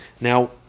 now